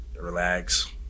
relax